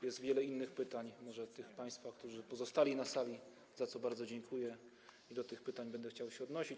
Jest wiele innych pytań tych państwa, którzy pozostali na sali, za co bardzo dziękuję, i do tych pytań będę chciał się odnieść.